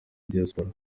diaspora